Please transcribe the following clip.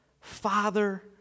Father